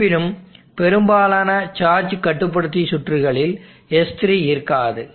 இருப்பினும் பெரும்பாலான சார்ஜ் கட்டுப்படுத்தி சுற்றுகளில் S3 இருக்காது